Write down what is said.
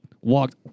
walked